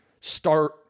start